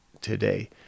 today